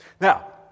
Now